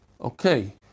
Okay